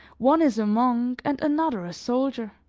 one is a monk and another a soldier.